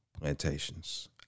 plantations